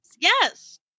yes